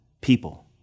people